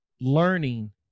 learning